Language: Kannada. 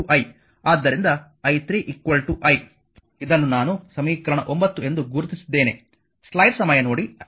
ಆದ್ದರಿಂದ i1 i2 i ಆದ್ದರಿಂದ i3 i ಇದನ್ನು ನಾನು ಸಮೀಕರಣ 9 ಎಂದು ಗುರುತಿಸಿದ್ದೇನೆ